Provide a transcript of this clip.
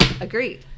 Agreed